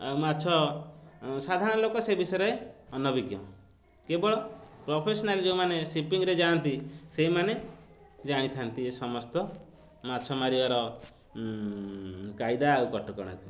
ଆଉ ମାଛ ସାଧାରଣ ଲୋକ ସେ ବିଷୟରେ ଅନବିଜ୍ଞ କେବଳ ପ୍ରଫେସନାଲ୍ ଯେଉଁମାନେ ସିପିଂରେ ଯାଆନ୍ତି ସେଇମାନେ ଜାଣିଥାନ୍ତି ସମସ୍ତ ମାଛ ମାରିବାର କାଇଦା ଆଉ କଟକଣାକୁ